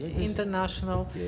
international